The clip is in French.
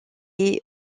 est